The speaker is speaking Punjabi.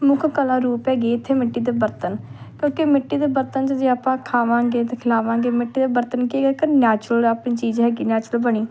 ਮੁੱਖ ਕਲਾ ਰੂਪ ਹੈਗੇ ਇੱਥੇ ਮਿੱਟੀ ਦੇ ਬਰਤਨ ਕਿਉਂਕਿ ਮਿੱਟੀ ਦੇ ਬਰਤਨ 'ਚ ਜੇ ਆਪਾਂ ਖਾਵਾਂਗੇ ਅਤੇ ਖਿਲਾਵਾਂਗੇ ਮਿੱਟੀ ਦੇ ਬਰਤਨ ਕੀ ਹੈਗਾ ਇੱਕ ਨੈਚੁਰਲ ਆਪਣੀ ਚੀਜ਼ ਹੈਗੀ ਨੈਚੁਰਲ ਬਣੀ